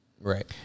right